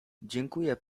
dziękuję